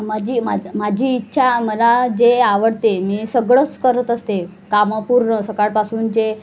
माझी माझं माझी इच्छा मला जे आवडते मी सगळंच करत असते कामं पूर्ण सकाळपासून जे